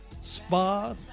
spa